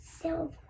Silver